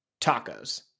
tacos